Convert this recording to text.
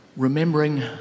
Remembering